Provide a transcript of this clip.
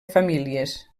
famílies